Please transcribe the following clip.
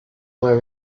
were